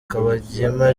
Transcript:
kabagema